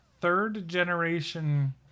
third-generation